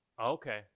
Okay